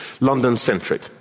London-centric